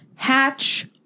Hatch